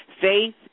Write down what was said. Faith